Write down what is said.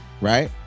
right